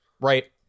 right